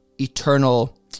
eternal